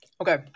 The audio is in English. Okay